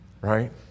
right